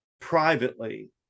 privately